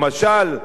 למשל,